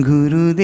Guru